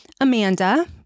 Amanda